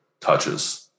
touches